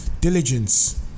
Diligence